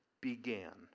began